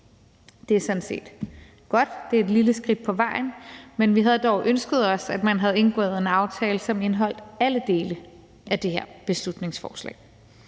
det er sådan set godt, for det er et lille skridt på vejen, men vi havde dog ønsket os, at man havde indgået en aftale, som indeholdt alle dele af det her beslutningsforslag.